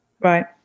Right